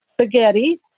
spaghetti